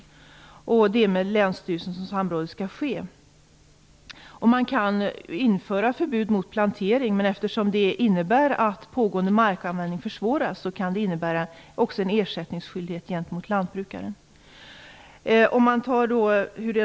Samrådet skall ske med länsstyrelsen. Man kan införa förbud mot plantering, men eftersom pågående markanvändning då försvåras, kan det innebära en ersättningsskyldighet gentemot lantbrukaren.